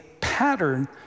pattern